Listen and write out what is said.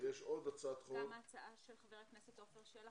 עוד הצעת חוק של חבר הכנסת עפר שלח